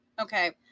Okay